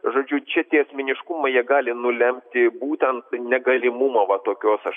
žodžiu čia tie asmeniškumai jie gali nulemti būtent negalimumo va tokios aš